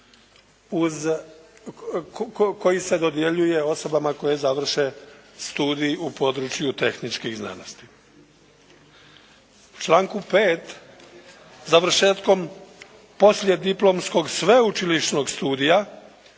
koji se dodjeljuje osobama koji završe studij u području tehničkih znanosti. U članku 5. završetkom poslijediplomskog sveučilišnog studija,